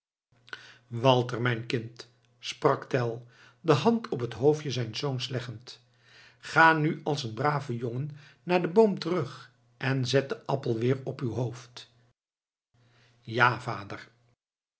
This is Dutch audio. walter mijn kind sprak tell de hand op het hoofdje zijns zoons leggend ga nu als een brave jongen naar den boom terug en zet den appel weer op uw hoofd ja vader